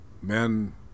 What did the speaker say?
Men